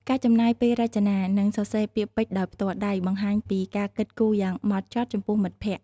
ការចំណាយពេលរចនា និងសរសេរពាក្យពេចន៍ដោយផ្ទាល់ដៃ បង្ហាញពីការគិតគូរយ៉ាងហ្មត់ចត់ចំពោះមិត្តភក្ដិ។